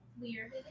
Weird